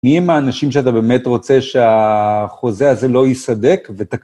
מי הם האנשים שאתה באמת רוצה שהחוזה הזה לא ייסדק